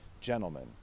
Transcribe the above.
gentlemen